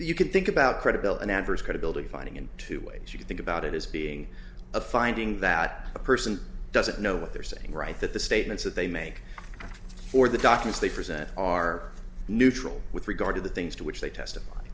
you can think about credibility adverse credibility fighting in two ways you think about it as being a finding that a person doesn't know what they're saying right that the statements that they make for the doctors they present are neutral with regard to the things to which they test